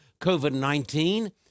COVID-19